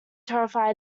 terrified